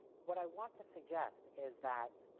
what i want to suggest is that